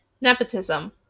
Nepotism